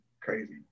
crazy